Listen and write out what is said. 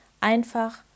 Einfach